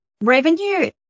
Revenue